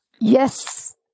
Yes